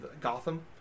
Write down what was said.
Gotham